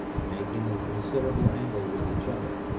making a considerable angle with each other.